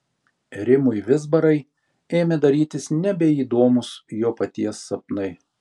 rimui vizbarai ėmė darytis nebeįdomūs jo paties sapnai